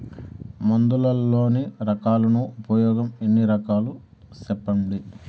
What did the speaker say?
మందులలోని రకాలను ఉపయోగం ఎన్ని రకాలు? సెప్పండి?